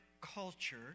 culture